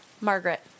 Margaret